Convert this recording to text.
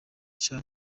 sha